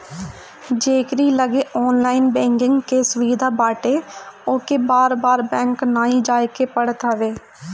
जेकरी लगे online banking के सुविधा बाटे ओके बार बार बैंक नाइ जाए के पड़त हवे